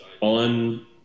on